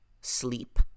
sleep